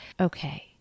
okay